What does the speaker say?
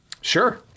Sure